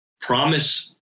promise